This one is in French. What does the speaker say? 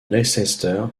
leicester